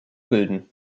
bilden